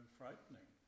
frightening